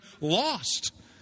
lost